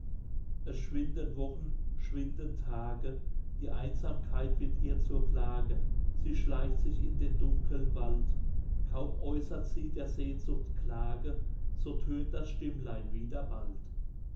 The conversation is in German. schwinden wochen schwinden tage die einsamkeit wird ihr zur plage sie schleicht sich in den dunkeln wald kaum äußert sie der sehnsucht klage so tönt das stimmlein wieder bald